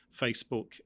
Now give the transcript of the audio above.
Facebook